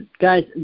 Guys